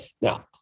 Now